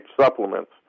supplements